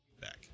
back